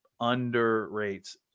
Underrates